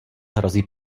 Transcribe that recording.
hrozí